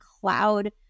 cloud